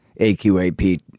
AQAP